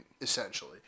Essentially